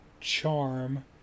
charm